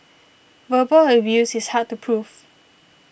verbal abuse is hard to proof